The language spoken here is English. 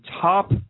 top